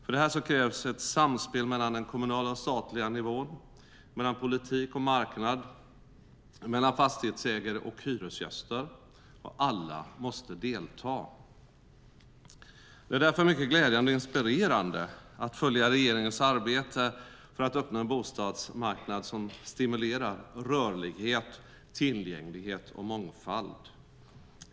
För det krävs ett samspel mellan den kommunala och statliga nivån, mellan politik och marknad, mellan fastighetsägare och hyresgäster. Alla måste delta. Det är därför mycket glädjande och inspirerande att följa regeringens arbete för att uppnå en bostadsmarknad som stimulerar rörlighet, tillgänglighet och mångfald.